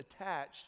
attached